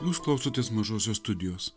jūs klausotės mažosios studijos